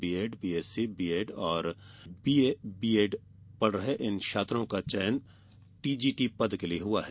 BEd BSc BEd और BA BEd पढ रहे इन छात्रो का चयन टीजीटी पद के लिए हुआ है